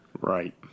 Right